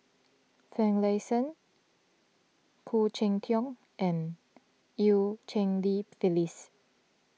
Finlayson Khoo Cheng Tiong and Eu Cheng Li Phyllis